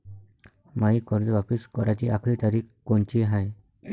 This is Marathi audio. मायी कर्ज वापिस कराची आखरी तारीख कोनची हाय?